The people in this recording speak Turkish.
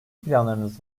planlarınız